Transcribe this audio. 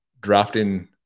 drafting